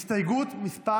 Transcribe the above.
הסתייגות מס'